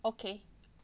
okay